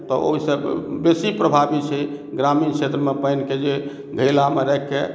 तऽ ओहिसँ बेसी प्रभावी छै ग्रामीण क्षेत्र मे पानि के जे घैला मे राखि के